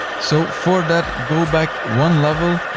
so for that, go back one level,